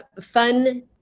fun